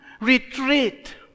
retreat